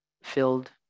Filled